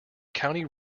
county